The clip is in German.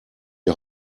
die